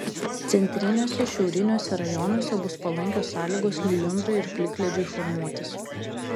centriniuose šiauriniuose rajonuose bus palankios sąlygos lijundrai ir plikledžiui formuotis